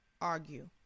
Argue